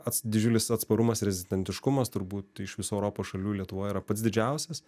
ats didžiulis atsparumas rezistentiškumas turbūt iš visų europos šalių lietuvoje yra pats didžiausias